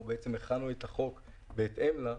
או שהחלנו את החוק בהתאם לה,